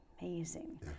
Amazing